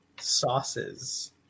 sauces